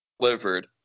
delivered